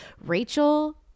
Rachel